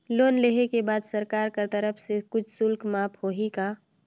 Loan लेहे के बाद सरकार कर तरफ से कुछ शुल्क माफ होही का?